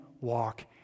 walk